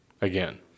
Again